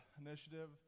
initiative